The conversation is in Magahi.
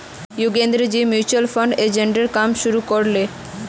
योगेंद्रजी म्यूचुअल फंड एजेंटेर काम शुरू कर ले